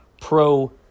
pro